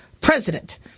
president